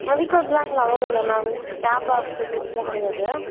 வெஹிகிள்ஸெலாம் இங்கே அலோடு இல்லை மேம் கேப்பா ஃபெசிலிட்டிஸெலாம் கிடையாது